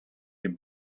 you